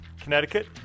Connecticut